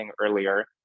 earlier